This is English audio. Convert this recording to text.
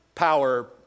power